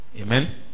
Amen